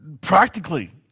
Practically